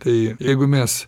tai jeigu mes